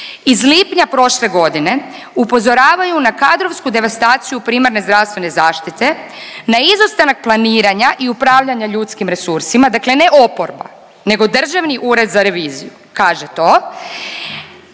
iz lipnja prošle godine upozoravaju na kadrovsku devastaciju primarne zdravstvene zaštite, na izostanak planiranja i upravljanja ljudskim resursima, dakle ne oporba, nego Državni ured za reviziju kaže to,